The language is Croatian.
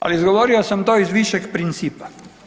Ali izgovorio sam to iz višeg principa.